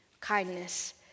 kindness